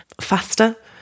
faster